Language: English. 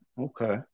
Okay